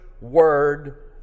word